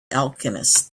alchemist